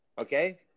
okay